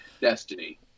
Destiny